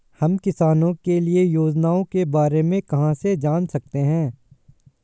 हम किसानों के लिए योजनाओं के बारे में कहाँ से जान सकते हैं?